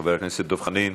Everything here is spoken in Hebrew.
חבר הכנסת דב חנין,